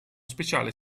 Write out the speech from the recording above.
speciale